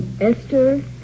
Esther